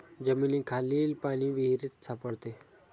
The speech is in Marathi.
जमिनीखालील पाणी विहिरीत सापडते